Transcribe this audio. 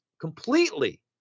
completely